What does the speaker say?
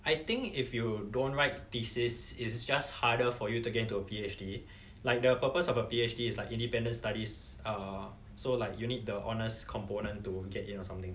I think if you don't write thesis is just harder for you to get into a P_H_D like the purpose of a P_H_D is like independent studies err so like you need the honours component to get in or something